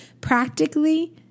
practically